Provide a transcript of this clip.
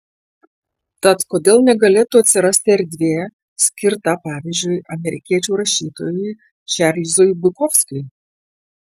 tad kodėl negalėtų atsirasti erdvė skirta pavyzdžiui amerikiečių rašytojui čarlzui bukovskiui